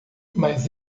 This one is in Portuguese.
mas